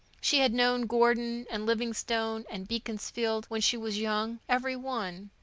she had known gordon and livingstone and beaconsfield when she was young every one.